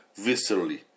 viscerally